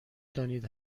دانید